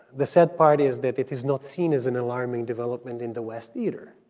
the sad part is that it is not seen as an alarming development in the west either,